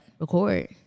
record